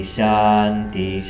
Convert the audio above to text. Shanti